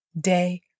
day